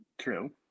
True